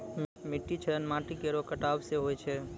मिट्टी क्षरण माटी केरो कटाव सें होय छै